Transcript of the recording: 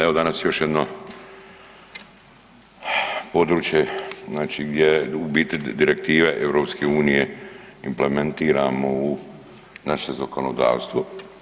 Evo danas još jedno područje znači gdje u biti direktive EU implementiramo u naše zakonodavstvo.